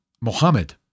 Mohammed